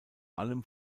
allem